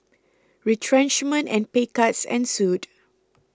retrenchment and pay cuts ensued